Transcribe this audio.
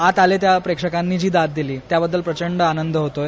आत आलेल्या प्रेक्षकांनी जी दाद दिली त्याबद्दल प्रचंड आनंद वाटतो आहे